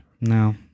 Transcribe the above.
No